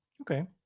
Okay